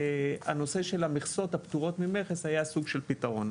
הנושא של המכסות הפטורות ממכס היה סוג של פתרון.